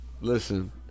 listen